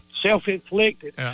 self-inflicted